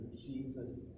Jesus